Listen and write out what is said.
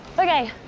ok.